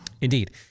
Indeed